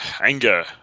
anger